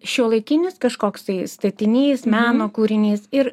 šiuolaikinis kažkoks tai statinys meno kūrinys ir